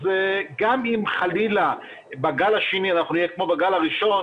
אז גם אם חלילה בגל השני אנחנו נהיה כמו בגל הראשון